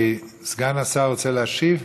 סגן השר רוצה להשיב?